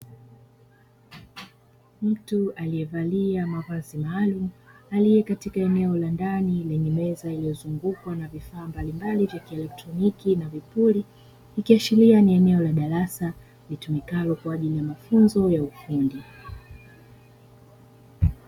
Mtu aliyevalia mavazi maalumu aliye katika eneo la ndani lenye meza iliyozungukwa na vifaa mbalimbali vya kieleketroniki na vipuri, ikiashiria ni eneo la darasa litumikalo kwa ajili ya mafunzo ya ufundi.